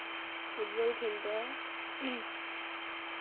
football ᱠᱷᱮᱞ ᱫᱚ